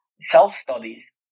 self-studies